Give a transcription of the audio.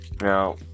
...now